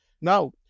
Now